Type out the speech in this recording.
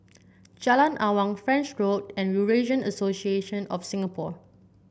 Jalan Awang French Road and Eurasian Association of Singapore